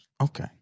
Okay